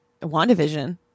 WandaVision